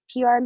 PR